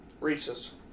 reese's